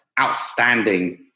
outstanding